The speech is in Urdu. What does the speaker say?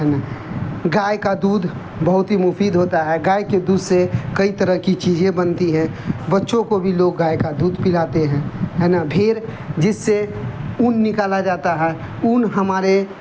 ہے نا گائے کا دودھ بہت ہی مفید ہوتا ہے گائے کے دودھ سے کئی طرح کی چیزیں بنتی ہیں بچوں کو بھی لوگ گائے کا دودھ پلاتے ہیں ہے نا پھر جس سے اون نکالا جاتا ہے اون ہمارے